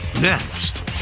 next